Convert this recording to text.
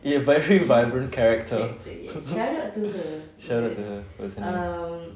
very vibrant character shout out to her or something